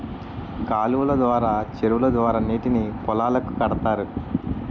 కాలువలు ద్వారా చెరువుల ద్వారా నీటిని పొలాలకు కడతారు